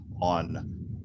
on